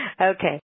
Okay